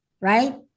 right